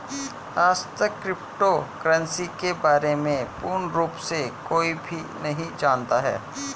आजतक crypto currency के बारे में पूर्ण रूप से कोई भी नहीं जानता है